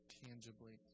tangibly